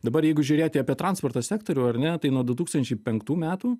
dabar jeigu žiūrėti apie transporto sektorių ar ne tai nuo du tūkstančiai penktų metų